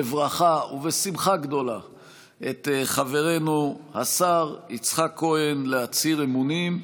בברכה ובשמחה גדולה את חברנו השר יצחק כהן להצהיר אמונים.